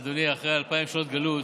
אדוני, אחרי אלפיים שנות גלות,